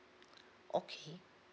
okay